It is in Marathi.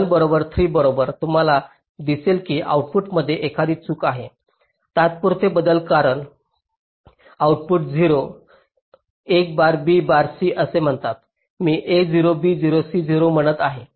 t बरोबर 3 बरोबर तुम्हाला दिसेल की आउटपुटमध्ये एखादी चूक आहे तात्पुरते बदल कारण आऊटपुट 0 एक बार b बार c असे म्हणतात मी a0 b0 c0 म्हणत आहे